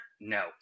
No